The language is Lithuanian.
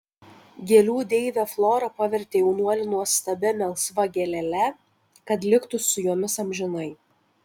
gėlių deivė flora pavertė jaunuolį nuostabia melsva gėlele kad liktų su jomis amžinai